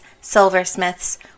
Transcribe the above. silversmiths